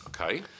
Okay